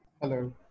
Hello